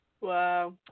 Wow